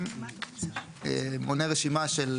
--- אני מציע לפנות למשטרה בעניין הזה.